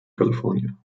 california